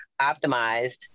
optimized